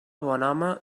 bonhome